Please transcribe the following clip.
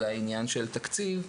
אלא עניין של תקציב.